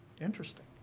Interesting